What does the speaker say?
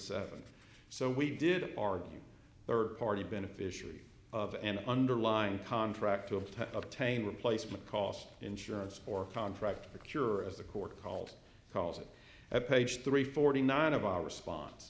seven so we did our third party beneficiary of an underlying contract to obtain replacement costs insurance or contract or cure or as the court called calls it at page three forty nine of our response